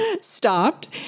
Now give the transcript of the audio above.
stopped